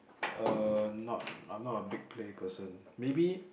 uh not I'm not a big play person maybe